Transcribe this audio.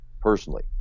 personally